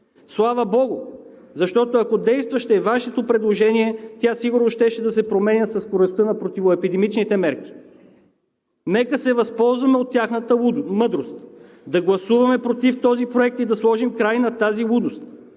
слава богу, защото, ако действаше Вашето предложение, сигурно щеше да се променя със скоростта на противоепидемичните мерки. Нека се възползваме от тяхната мъдрост и да гласуваме „против“ този проект и да сложим край на тази лудост.